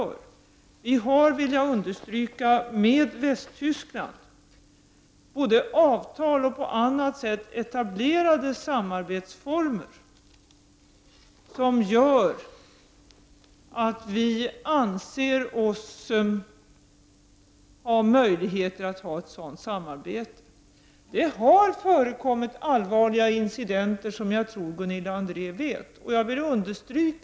När det gäller Västtyskland — det vill jag understryka — har vi både avtal och på annat sätt etablerade samarbetsformer. Det gör att vi anser oss ha möjligheter att ha ett sådant samarbete. Det har förekommit allvarliga incidenter. Jag tror att Gunilla André vet det.